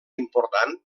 important